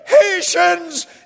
Haitians